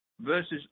versus